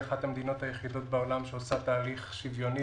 היא אחת המדינות היחידות בעולם שעושה תהליך שוויוני